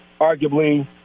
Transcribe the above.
arguably